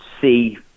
see